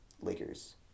Lakers